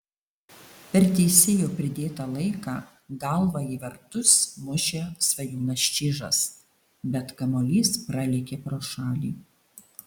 per teisėjo pridėtą laiką galva į vartus mušė svajūnas čyžas bet kamuolys pralėkė pro šalį